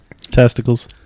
Testicles